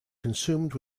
consumed